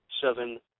seven